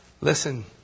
Listen